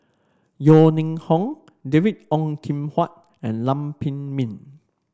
Yeo Ning Hong David Ong Kim Huat and Lam Pin Min